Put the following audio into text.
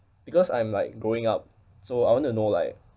because I'm like growing up so I want to know like